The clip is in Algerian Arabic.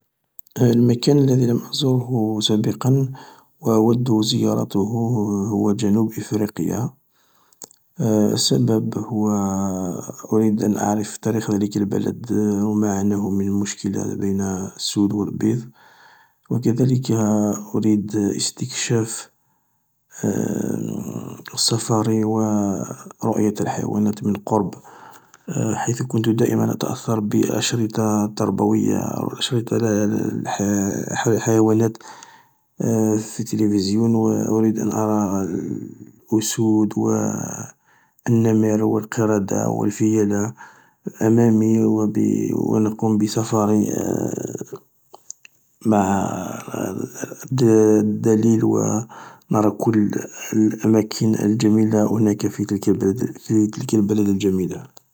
المكان الذي لم ازوره سابقا واود زيارته هو جنوب افريقيا، السبب هو اريد ان اعرف تاريخ ذلك البلد وما عناه من مشكلة بين السود و البيض وكذلك اريد استكشاف السافاري و رؤية الحيوانات من قرب حيث كنت دائما اتأثر بالأشرطة التربوية اشرطة على الحيوانات في التلفزيون و اريد أن ارى الأسود و النمر و القردة و الفيلة امامي واقوم بسفاري مع الدليل ونرى كل الأماكن الجميلة هناك في تلك البلد الجميلة.